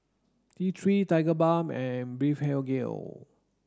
T three Tigerbalm and Blephagel